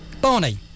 Barney